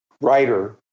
writer